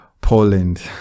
poland